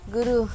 Guru